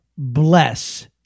Bless